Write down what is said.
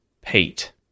Pete